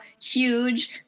huge